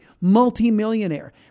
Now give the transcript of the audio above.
multimillionaire